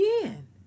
again